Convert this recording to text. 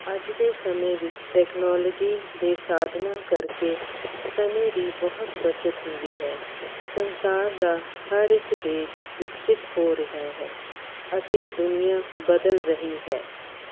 ਅੱਜ ਦੇ ਸਮੇਂ ਵਿੱਚ ਟੈਕਨੋਲਜੀ ਦੇ ਸਾਧਨਾਂ ਕਰਕੇ ਸਮੇਂ ਦੀ ਬਹੁਤ ਬੱਚਤ ਹੁੰਦੀ ਹੈ ਸੰਸਾਰ ਦਾ ਹਰ ਇੱਕ ਦੇਸ਼ ਵਿਕਸਿਤ ਹੋ ਰਿਹਾ ਹੈ ਅਤੇ ਦੁਨੀਆਂ ਬਦਲ ਰਹੀ ਹੈ